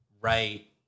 right